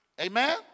Amen